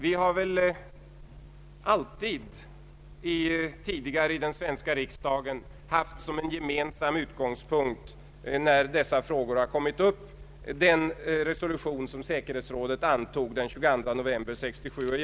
Vi har väl alltid tidigare i den svenska riksdagen haft som en gemensam utgångspunkt när dessa frågor har kommit upp den resolution som säkerhetsrådet antog den 22 november 1967.